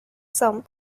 some